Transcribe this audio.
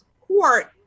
court